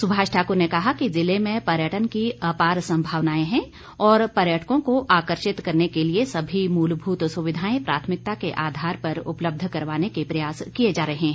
सुभाष ठाकुर ने कहा कि जिले में पर्यटन की अपार संभावनाए हैं और पर्यटकों को आकर्षित करने के लिए समी मूलभूल सुविधाएं प्राथमिकता के आधार पर उपलब्ध करवाने के प्रयास किए जा रहे हैं